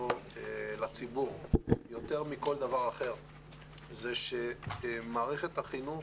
לציבור יותר מכל דבר אחר זה שמערכת החינוך